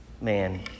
man